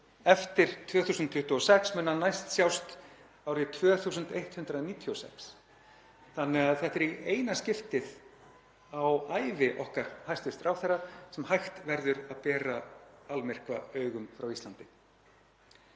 Eftir 2026 mun hann næst sjást árið 2196 þannig að þetta er í eina skiptið á ævi okkar hæstv. ráðherra sem hægt verður að berja almyrkva augum frá Íslandi.